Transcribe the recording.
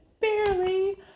barely